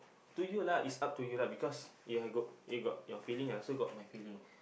to you lah it's up to you lah because ya I got you got your feeling I also got my feeling